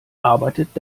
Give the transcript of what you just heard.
arbeitet